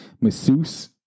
masseuse